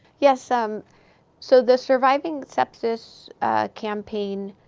yes. um so, the surviving sepsis campaign,